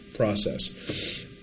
Process